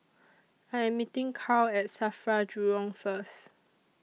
I Am meeting Karl At SAFRA Jurong First